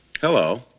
Hello